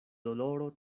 doloro